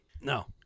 No